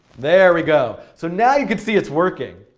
there we go. so now you can see it's working.